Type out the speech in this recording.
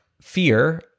fear